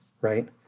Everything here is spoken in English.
right